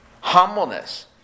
humbleness